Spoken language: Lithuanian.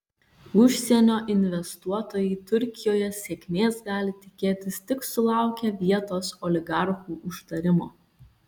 užsienio investuotojai turkijoje sėkmės gali tikėtis tik sulaukę vietos oligarchų užtarimo